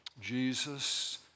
Jesus